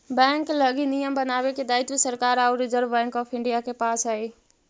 bank लगी नियम बनावे के दायित्व सरकार आउ रिजर्व बैंक ऑफ इंडिया के पास हइ